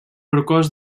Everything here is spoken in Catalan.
rocós